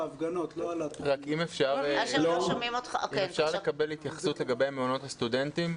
אם אפשר לקבל התייחסות לגבי מעונות הסטודנטים,